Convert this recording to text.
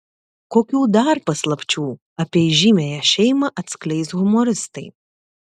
kokių dar paslapčių apie įžymiąją šeimą atskleis humoristai